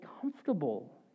comfortable